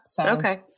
Okay